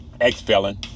Ex-felon